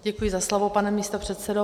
Děkuji za slovo, pane místopředsedo.